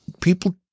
people